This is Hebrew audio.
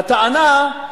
הטענה,